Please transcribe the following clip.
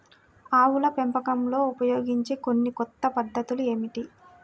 ఆవుల పెంపకంలో ఉపయోగించే కొన్ని కొత్త పద్ధతులు ఏమిటీ?